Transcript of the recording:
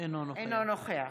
אינו נוכח